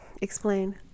Explain